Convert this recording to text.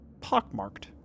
pockmarked